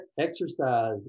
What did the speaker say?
exercise